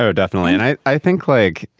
ah definitely. and i i think like